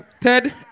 Ted